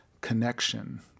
connection